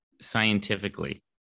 Scientifically